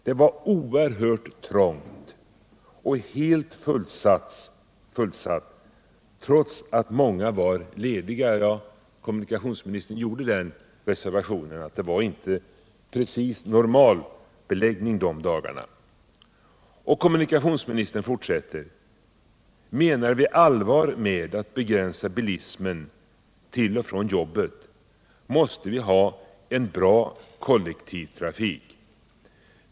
Det var oerhört trångt och helt fullsatt trots att många var lediga.” Ja, kommunikationsministern gjorde den reservationen att det inte var helt normal beläggning de dagarna. Kommunikationsministern sade vidare: ”Menar vi allvar med att begränsa bilismen till och från jobbet måste vi ha en bra kollektivtrafik.